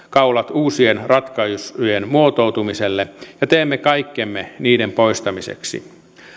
uusien ratkaisujen muotoutumiselle ja teemme kaikkemme niiden poistamiseksi